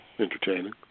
entertaining